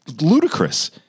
ludicrous